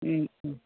Om Om